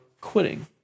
Quitting